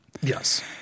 yes